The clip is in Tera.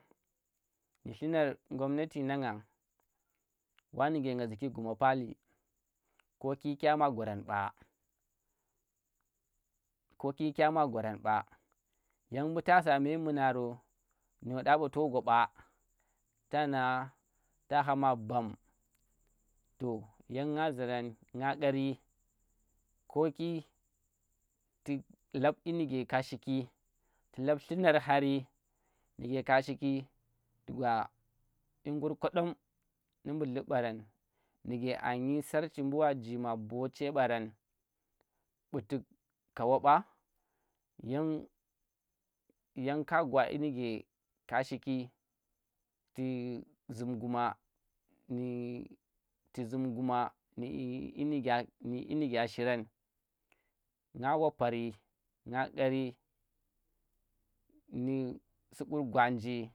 Llunar gomnati nangan, wani nike nga zuki guma paali koki kya ma gwarang ɓa koki kya ma gwarang ɓa yan mbu ta sa memuna ro gno ɗa ba to na ta hama bam, toh yan nga zurang nga kari koki ki ku lab dyinike ka shiki ku lab llunar hari ndi ke ka shiki tu gwa dyi ngur koɗom ndi mbu llib ɓaran nu ke a nyi sarchi mbu wa jee wa bottee ɓarang, bu tuk kawa ba yan ka gwa yinike ka shiki tu zum goma nu- tu zum guma nu yi nike inikya shirang nga wapari nga qari nu su qur gwanji